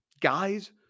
Guys